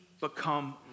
become